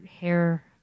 hair